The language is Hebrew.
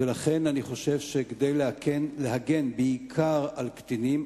ולכן אני חושב שכדי להגן בעיקר על קטינים,